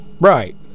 Right